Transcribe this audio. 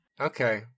Okay